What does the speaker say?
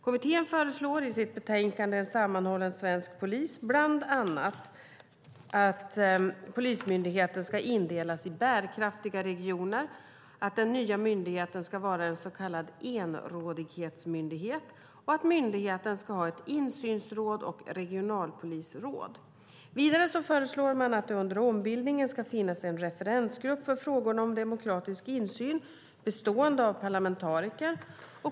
Kommittén föreslår i sitt betänkande En sammanhållen svensk polis bland annat att polismyndigheten ska indelas i bärkraftiga regioner, att den nya myndigheten ska vara en så kallad enrådighetsmyndighet och att myndigheten ska ha ett insynsråd och regionpolisråd. Vidare föreslår man att det under ombildningen ska finnas en referensgrupp för frågorna om demokratisk insyn, bestående av parlamentariker.